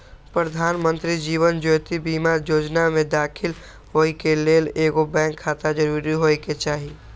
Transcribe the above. प्रधानमंत्री जीवन ज्योति बीमा जोजना में दाखिल होय के लेल एगो बैंक खाता जरूरी होय के चाही